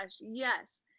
yes